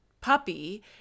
puppy